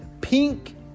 pink